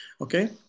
Okay